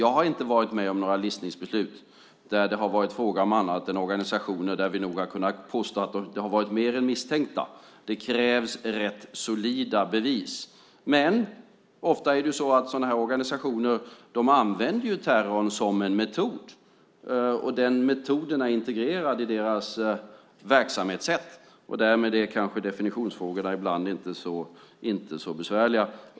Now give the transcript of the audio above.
Jag har inte varit med om några listningsbeslut där det har varit fråga om annat än organisationer där vi nog har kunnat påstå att det har varit fråga om mer än misstanke. Det krävs rätt solida bevis. Men ofta är det så att sådana här organisationer använder terrorn som en metod, och den metoden är integrerad i deras verksamhetssätt. Därmed är kanske definitionsfrågorna ibland inte så besvärliga.